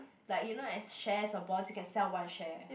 like you know as shares a bond can sell one share